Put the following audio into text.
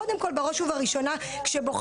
קודם כל בראש ובראשונה כשבוחנים,